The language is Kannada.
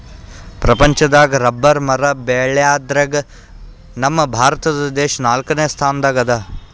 ಪ್ರಪಂಚದಾಗ್ ರಬ್ಬರ್ ಮರ ಬೆಳ್ಯಾದ್ರಗ್ ನಮ್ ಭಾರತ ದೇಶ್ ನಾಲ್ಕನೇ ಸ್ಥಾನ್ ದಾಗ್ ಅದಾ